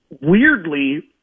Weirdly